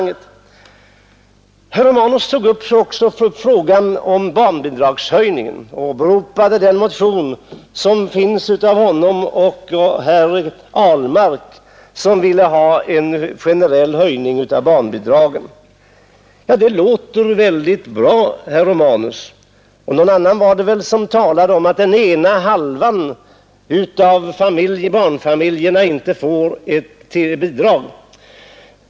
Herr Romanus tog också upp frågan om barnbidragshöjningen och åberopade därvid den motion som väckts av honom och herr Ahlmark och i vilken motionärerna talat för en generell höjning av barnbidragen. Ja, herr Romanus, det där låter mycket bra. Han sa också att den ena halvan av barnfamiljerna inte får något bidrag.